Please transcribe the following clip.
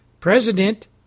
President